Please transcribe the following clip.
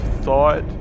thought